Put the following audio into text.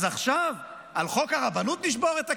אז עכשיו על חוק הרבנות נשבור את הכלים?